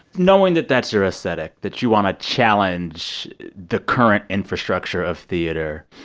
knowing that that's your aesthetic, that you want to challenge the current infrastructure of theater,